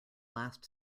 last